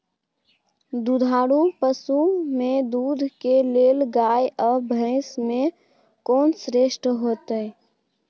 दुधारू पसु में दूध के लेल गाय आ भैंस में कोन श्रेष्ठ होयत?